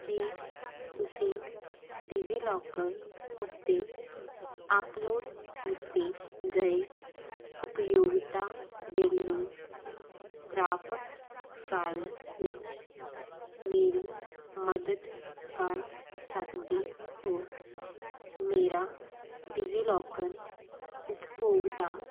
ਕੀ ਤੁਸੀਂ ਡਿਜੀਲਾਕਰ ਉੱਤੇ ਅਪਲੋਡ ਕੀਤੇ ਗਏ ਉਪਯੋਗਤਾ ਬਿੱਲ ਨੂੰ ਪ੍ਰਾਪਤ ਕਰਨ ਵਿੱਚ ਮੇਰੀ ਮਦਦ ਕਰ ਸਕਦੇ ਹੋ ਮੇਰਾ ਡਿਜੀਲਾਕਰ ਉਪਭੋਗਤਾ